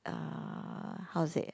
uh how to say